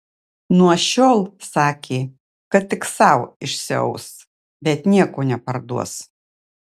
nuo šiol sakė kad tik sau išsiaus bet nieko neparduos